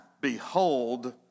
Behold